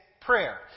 prayer